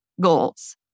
goals